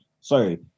Sorry